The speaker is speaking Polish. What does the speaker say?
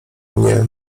mnie